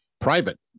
private